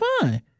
fine